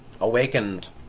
awakened